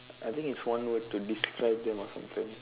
I think it's one word to describe them or something